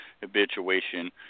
habituation